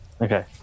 Okay